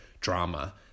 drama